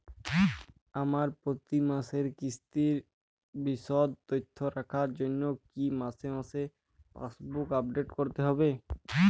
আমার প্রতি মাসের কিস্তির বিশদ তথ্য রাখার জন্য কি মাসে মাসে পাসবুক আপডেট করতে হবে?